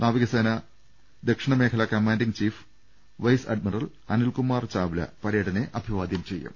നാവികസേനാ ദക്ഷിണമേഖലാ commanding chief vice admiral Anilkumar Chawla പരേഡിനെ അഭിവാദൃം ചെയ്യും